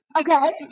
Okay